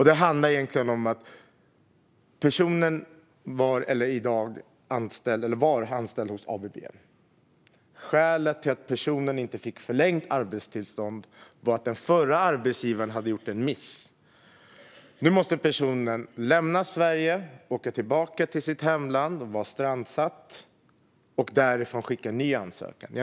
Det handlar om en person som var anställd på ABB. Skälet till att personen inte fick förlängt arbetstillstånd var att den förre arbetsgivaren hade gjort en miss. Nu måste personen åka tillbaka till sitt hemland och därifrån skicka in en ny ansökan.